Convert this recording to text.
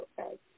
okay